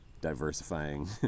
diversifying